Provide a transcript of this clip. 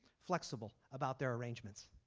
flexible about their arrangements.